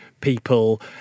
people